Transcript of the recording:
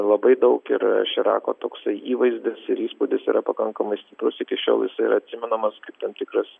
labai daug ir širako toksai įvaizdis ir įspūdis yra pakankamai stiprus iki šiol jisai yra atsimenamas kaip tam tikras